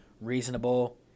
reasonable